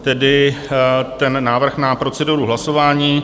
Tedy návrh na proceduru hlasování.